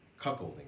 cuckolding